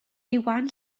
iwan